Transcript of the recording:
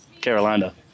Carolina